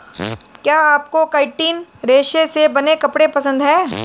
क्या आपको काइटिन रेशे से बने कपड़े पसंद है